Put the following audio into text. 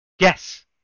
Yes